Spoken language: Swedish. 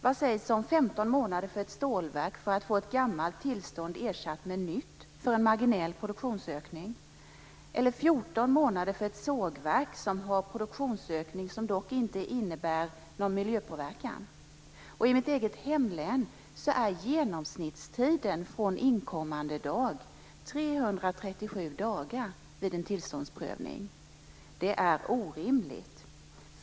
Vad sägs om 15 månader för ett stålverk att få ett gammalt tillstånd ersatt med ett nytt för en marginell produktionsökning? Eller vad sägs om 14 månader för ett sågverk som har en produktionsökning som dock inte innebär någon miljöpåverkan? I mitt hemlän är genomsnittstiden från inkommandedag 337 dagar vid en tillståndsprövning. Det är orimligt.